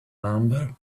number